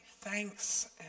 thanks